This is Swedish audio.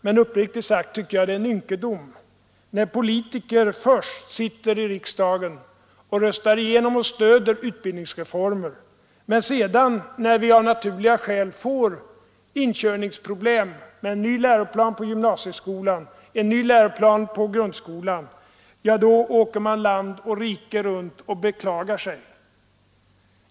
Men uppriktigt sagt tycker jag det är en ynkedom när politiker först sitter i riksdagen och röstar igenom och stöder utbildningsreformer och sedan, när vi av naturliga skäl får inkörningsproblem med en ny läroplan på gymnasieskolan och en ny läroplan på grundskolan, åker land och rike runt och beklagar sig.